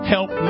Help